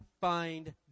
find